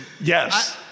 Yes